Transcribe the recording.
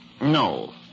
No